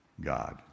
God